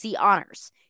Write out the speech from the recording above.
honors